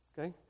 okay